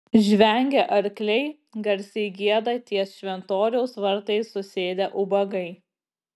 žvengia arkliai garsiai gieda ties šventoriaus vartais susėdę ubagai